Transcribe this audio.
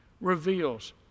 reveals